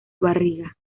barriga